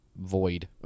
void